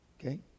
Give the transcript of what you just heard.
Okay